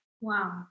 Wow